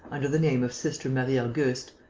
under the name of sister marie-auguste,